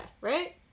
right